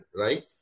right